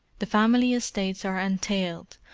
the family estates are entailed,